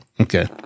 Okay